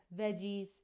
veggies